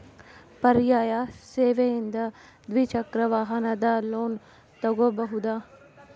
ಪರ್ಯಾಯ ಸೇವೆಯಿಂದ ದ್ವಿಚಕ್ರ ವಾಹನದ ಲೋನ್ ತಗೋಬಹುದಾ?